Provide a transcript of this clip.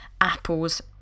apples